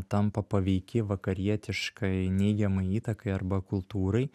tampa paveiki vakarietiškai neigiamai įtakai arba kultūrai